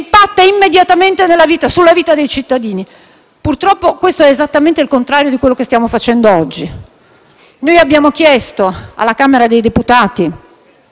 impatta immediatamente sulla vita dei cittadini. Purtroppo questo è esattamente il contrario di quello che stiamo facendo oggi. Noi abbiamo chiesto alla Camera dei deputati